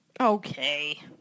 Okay